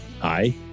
Hi